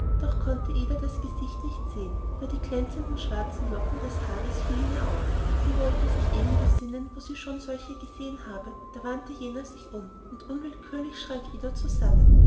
noch konnte ida das gesicht nicht sehen nur die glänzenden schwarzen locken des haares fielen ihr auf sie wollte sich eben besinnen wo sie schon solche gesehen habe da wandte jener sich um und unwillkürlich schrak ida zusammen